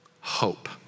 Hope